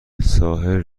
ساحل